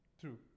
True